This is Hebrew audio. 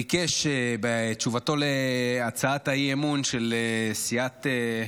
ביקש בתשובתו להצעת האי-אמון של סיעת,